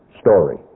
story